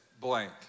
blank